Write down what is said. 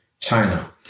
China